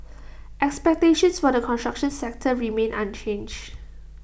expectations for the construction sector remain unchanged